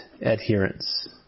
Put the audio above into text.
adherence